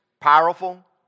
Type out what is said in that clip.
powerful